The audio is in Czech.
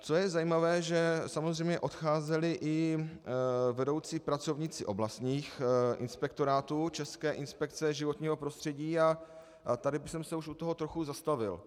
Co je zajímavé, že samozřejmě odcházeli i vedoucí pracovníci oblastních inspektorátů České inspekce životního prostředí, a tady bych se už u toho trochu zastavil.